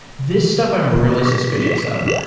this stuff i'm really suspicious of.